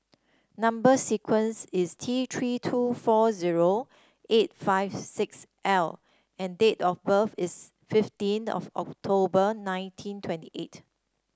number sequence is T Three two four zero eight five six L and date of birth is fifteen of October nineteen twenty eight